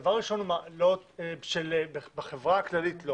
דבר ראשון, בחברה הכללית של